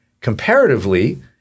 Comparatively